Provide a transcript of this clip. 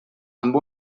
amb